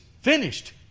finished